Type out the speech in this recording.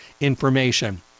information